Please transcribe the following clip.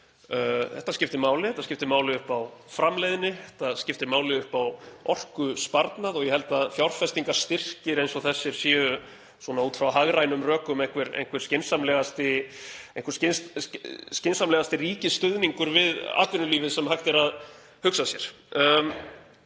Þetta skiptir máli upp á framleiðni, þetta skiptir máli upp á orkusparnað og ég held að fjárfestingarstyrkir eins og þessir séu, út frá hagrænum rökum, einhver skynsamlegasti ríkisstuðningurinn við atvinnulífið sem hægt er að hugsa sér.